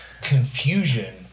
confusion